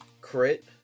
crit